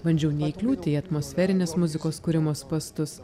bandžiau neįkliūti į atmosferinės muzikos kūrimo spąstus